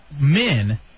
men